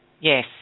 yes